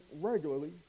regularly